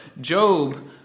Job